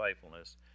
faithfulness